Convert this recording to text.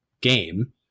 game